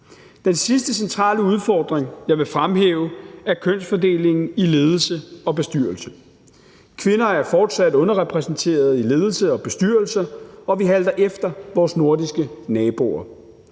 Den sidste centrale udfordring, jeg vil fremhæve, er kønsfordelingen i ledelse og bestyrelse. Kvinder er fortsat underrepræsenteret i ledelse og bestyrelser, og vi halter efter vores nordiske naboer.